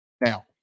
Now